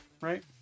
right